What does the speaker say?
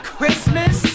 Christmas